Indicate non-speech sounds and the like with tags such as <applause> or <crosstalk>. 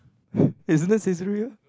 <breath> isn't that Saizeriya